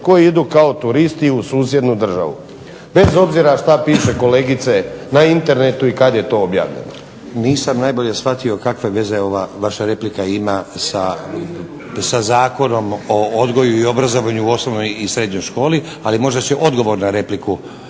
koji idu kao turisti u susjednu državu. Bez obzira što piše kolegice na internetu i kada je to objavljeno. **Stazić, Nenad (SDP)** Nisam najbolje shvatio kakve veze ima ova replika sa Zakonom o odgoju i obrazovanju u osnovnoj i srednjoj školi ali možda će odgovor na repliku.